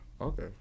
Okay